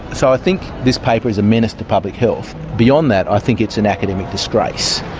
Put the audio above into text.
so i think this paper is a menace to public health. beyond that i think it's an academic disgrace.